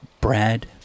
Brad